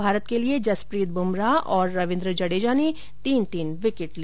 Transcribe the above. भारत के लिए जसप्रीत बुमराह और रवींद्र जड़ेजा ने तीन तीन विकेट लिए